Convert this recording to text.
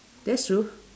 that's true